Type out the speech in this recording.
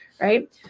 right